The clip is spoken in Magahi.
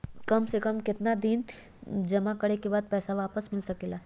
काम से कम केतना दिन जमा करें बे बाद पैसा वापस मिल सकेला?